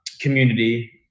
community